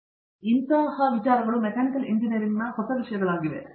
ಆದ್ದರಿಂದ ಇವುಗಳು ಮೆಕ್ಯಾನಿಕಲ್ ಇಂಜಿನಿಯರಿಂಗ್ಗೆ ಹೊಸ ವಿಷಯಗಳಾಗಿವೆ